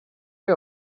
det